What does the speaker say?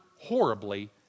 horribly